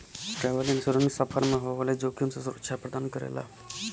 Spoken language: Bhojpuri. ट्रैवल इंश्योरेंस सफर में होए वाले जोखिम से सुरक्षा प्रदान करला